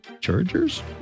Chargers